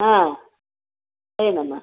ಹಾಂ ಸರಿಯಮ್ಮ